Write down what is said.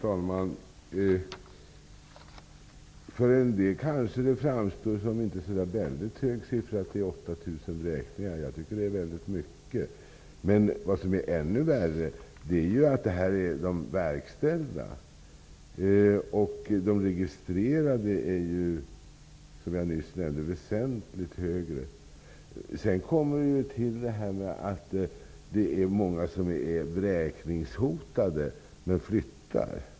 Fru talman! Alla kanske inte anser att 8 000 vräkningar är ett stort antal. Jag tycker att det är väldigt mycket. Men vad som är ännu värre är att detta är de verkställda vräkningarna. Antalet registrerade vräkningar är väsentligt större. Sedan är det också ett faktum att många vräkningshotade flyttar.